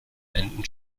enden